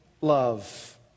love